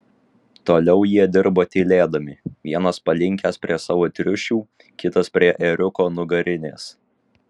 toliau jie dirbo tylėdami vienas palinkęs prie savo triušių kitas prie ėriuko nugarinės